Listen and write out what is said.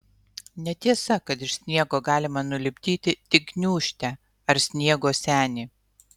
netiesa kad iš sniego galima nulipdyti tik gniūžtę ar sniego senį